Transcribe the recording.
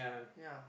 ya